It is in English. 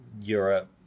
Europe